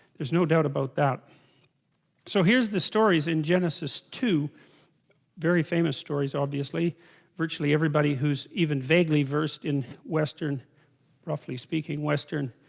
there's no doubt about that so here's the stories in genesis two very famous stories obviously virtually everybody who's even vaguely versed in western roughly speaking western